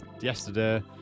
yesterday